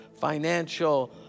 financial